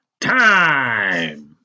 time